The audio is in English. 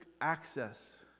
access